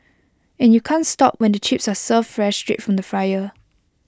and you can't stop when the chips are served fresh straight from the fryer